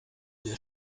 wir